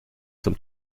zum